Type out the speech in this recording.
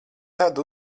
tad